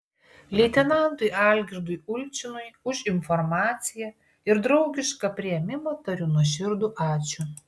leitenantui algirdui ulčinui už informaciją ir draugišką priėmimą tariu nuoširdų ačiū